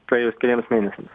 praėjus keliems mėnesiams